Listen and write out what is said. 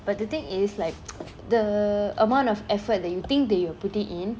but the thing is like the amount of effort that you think that you are putting in